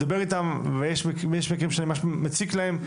אני מדבר איתם, ויש מקרים שאני ממש מציק להם,